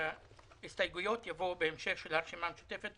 וההסתייגויות של הרשימה המשותפת יבואו בהמשך.